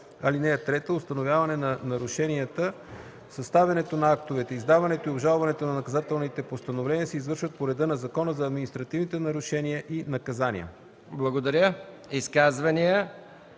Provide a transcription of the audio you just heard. лица. (3) Установяването на нарушенията, съставянето на актовете, издаването и обжалването на наказателните постановления се извършват по реда на Закона за административните нарушения и наказания.” ПРЕДСЕДАТЕЛ